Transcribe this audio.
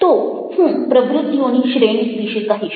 તો હું પ્રવૃત્તિઓની શ્રેણી વિશે કહીશ